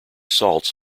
salts